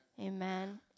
Amen